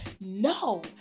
no